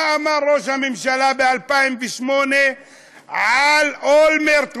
מה אמר ראש הממשלה ב-2008 על אולמרט,